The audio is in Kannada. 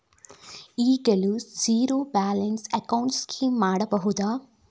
ಈಗಲೂ ಝೀರೋ ಬ್ಯಾಲೆನ್ಸ್ ಅಕೌಂಟ್ ಸ್ಕೀಮ್ ಮಾಡಬಹುದಾ?